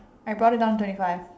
I brought it down twenty five